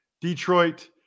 Detroit